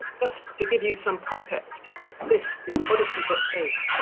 just to give you some context this is odyssey book eight.